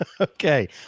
Okay